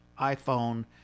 iPhone